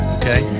okay